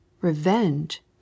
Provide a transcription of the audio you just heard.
Revenge